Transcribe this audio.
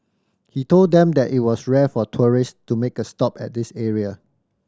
he told them that it was rare for tourist to make a stop at this area